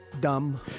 dumb